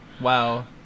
Wow